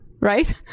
Right